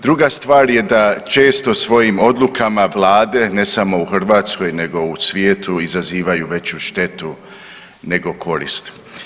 Druga stvar je da često svojim odlukama Vlade ne samo u Hrvatskoj, nego u svijetu izazivaju veću štetu nego korist.